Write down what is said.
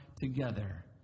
together